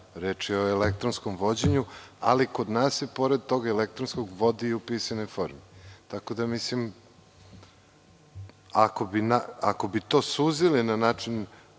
reč je o elektronskom vođenju, ali kod nas se pored tog elektronskog vodi i u pisanoj formi. Ako bi to suzili na način